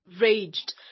raged